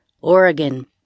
Oregon